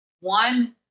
one